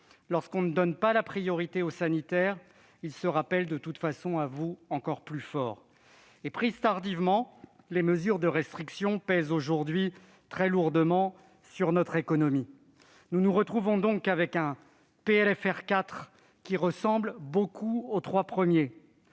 Lorsqu'on ne donne pas la priorité au sanitaire, il se rappelle de toute façon à vous, encore plus fort. Prises tardivement, les mesures de restriction pèsent aujourd'hui très lourdement sur notre économie. Monsieur le ministre, nous nous retrouvons donc avec un PLFR 4 qui ressemble beaucoup aux trois premiers.